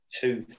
two